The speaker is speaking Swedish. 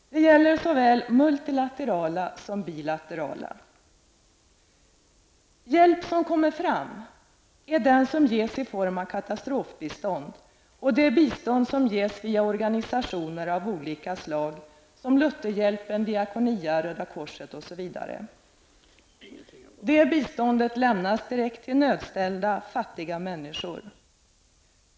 Det gäller både multilaterala och bilaterala biståndsformer. Den hjälp som kommer fram är den som ges i form av katastrofbistånd och det bistånd som ges via organisationer av olika slag, t.ex. Lutherhjälpen, Diakonia, Röda korset osv. Det biståndet lämnas direkt till nödställda fattiga människor.